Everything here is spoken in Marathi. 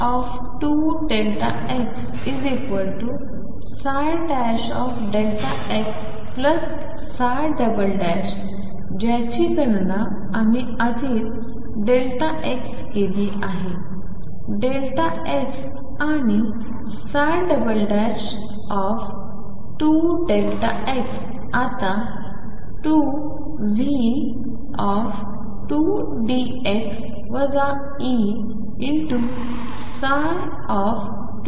2ΔxΔx ज्याची गणना आम्ही आधीच Δx केली आहे Δx आणि 2Δx आता 2V2Δx Eψ2Δx